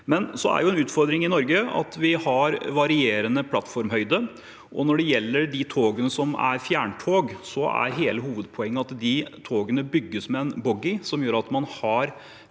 Men det er en utfordring i Norge at vi har varierende plattformhøyde, og når det gjelder de togene som er fjerntog, er hele hovedpoenget at de togene bygges med en boggi, som gjør at man har